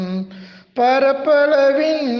Parapalavin